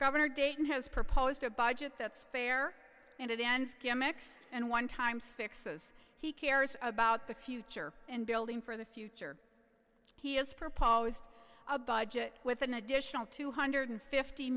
governor dayton has proposed a budget that's fair and it ends gimmicks and one times fixes he cares about the future and building for the future he has proposed a budget with an additional two hundred fifty